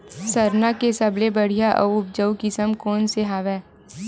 सरना के सबले बढ़िया आऊ उपजाऊ किसम कोन से हवय?